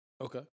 Okay